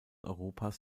europas